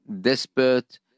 desperate